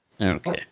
Okay